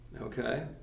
okay